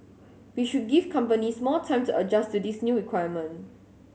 we should give companies more time to adjust to this new requirement